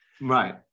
Right